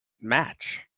match